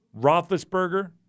Roethlisberger